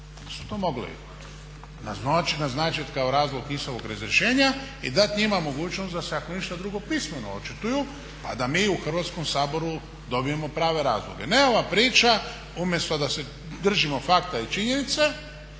Onda su to mogli naznačiti kao razlog njihovog razrješenja i dati njima mogućnost da se ako ništa drugo pismeno očituju pa da mi u Hrvatskom saboru dobijemo prave razloge. A ne ova priča, umjesto da se držimo fakta i činjenica